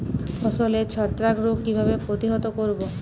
ফসলের ছত্রাক রোগ কিভাবে প্রতিহত করব?